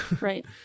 Right